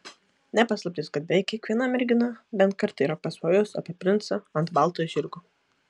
ne paslaptis kad beveik kiekviena mergina bent kartą yra pasvajojusi apie princą ant balto žirgo